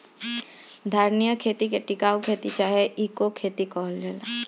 धारणीय खेती के टिकाऊ खेती चाहे इको खेती कहल जाला